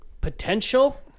potential